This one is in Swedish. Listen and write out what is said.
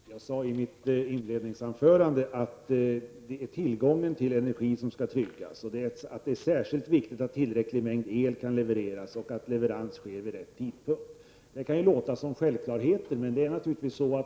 Fru talman! Jag sade i mitt inledningsanförande att tillgången till energi skall tryggas och att det är särskilt viktigt att tillräcklig mängd el kan levereras och att leverans sker vid rätt tidpunkt. Det kan låta som självklarheter.